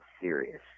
serious